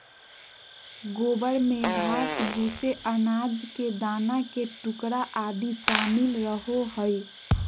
गोबर में घास, भूसे, अनाज के दाना के टुकड़ा आदि शामिल रहो हइ